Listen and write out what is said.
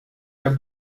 der